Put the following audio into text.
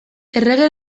errege